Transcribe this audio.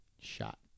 shot